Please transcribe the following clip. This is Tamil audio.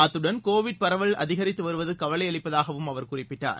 அத்துடன் கோவிட் பரவல் அதிகரித்து வருவது கவலை அளிப்பதாகவும் அவர் குறிப்பிட்டார்